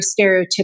stereotypical